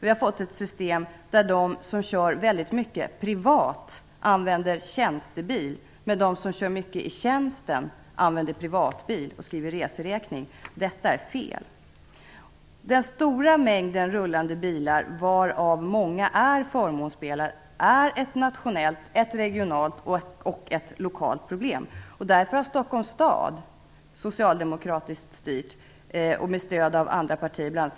Vi har fått ett system där de som kör väldigt mycket privat använder tjänstebil medan de som kör mycket i tjänsten använder privatbil och skriver reseräkning. Detta är fel. Den stora mängden rullande bilar, varav många är förmånsbilar, är ett nationellt, regionalt och lokalt problem. Därför har Stockholms stad, som styrs av socialdemokraterna med stöd av andra partier, bl.a.